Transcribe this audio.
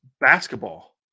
basketball